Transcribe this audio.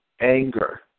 anger